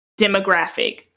demographic